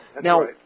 now